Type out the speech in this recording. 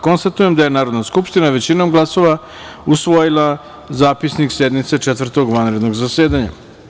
Konstatujem da je Narodna skupština većinom glasova usvojila Zapisnik sednice Četvrtog vanrednog zasedanja.